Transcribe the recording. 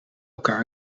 elkaar